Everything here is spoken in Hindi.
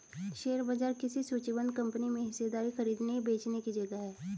शेयर बाजार किसी सूचीबद्ध कंपनी में हिस्सेदारी खरीदने बेचने की जगह है